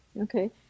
Okay